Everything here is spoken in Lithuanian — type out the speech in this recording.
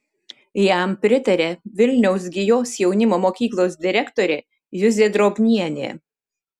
jam pritaria vilniaus gijos jaunimo mokyklos direktorė juzė drobnienė